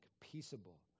peaceable